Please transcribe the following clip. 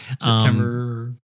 September